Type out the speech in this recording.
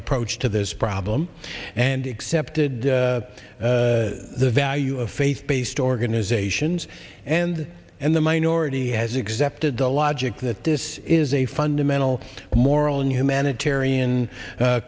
approach to this problem and accepted the value of faith based organizations and in the minority has exempted the logic that this is a fundamental moral and humanitarian